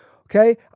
okay